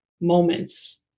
moments